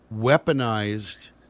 weaponized